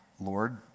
Lord